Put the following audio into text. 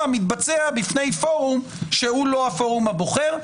מתבצע בפני פורום שהוא לא הפורום הבוחר.